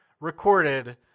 recorded